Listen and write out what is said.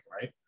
Right